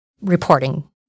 reporting